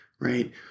right